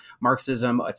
marxism